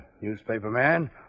Newspaperman